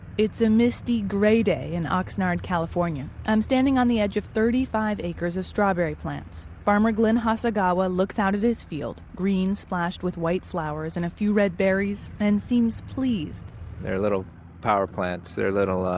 it's a misty, gray day in oxnard, calif. yeah i'm standing on the edge of thirty five acres of strawberry plants farmer glen hasagawa looks out at his field green splashed with white flowers and a few red berries and seems pleased they are little power plants. they're definitely ah